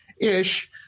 ish